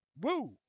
Woo